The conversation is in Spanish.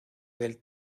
del